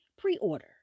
pre-order